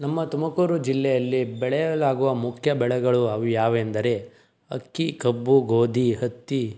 ನಮ್ಮ ತುಮಕೂರು ಜಿಲ್ಲೆಯಲ್ಲಿ ಬೆಳೆಯಲಾಗುವ ಮುಖ್ಯ ಬೆಳೆಗಳು ಅವು ಯಾವು ಎಂದರೆ ಅಕ್ಕಿ ಕಬ್ಬು ಗೋಧಿ ಹತ್ತಿ